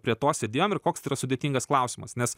prie to sėdėjom ir koks tai yra sudėtingas klausimas nes